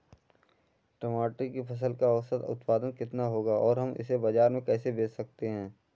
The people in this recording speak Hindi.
टमाटर की फसल का औसत उत्पादन कितना होगा और हम इसे बाजार में कैसे बेच सकते हैं?